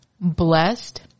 blessed